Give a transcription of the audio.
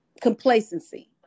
Complacency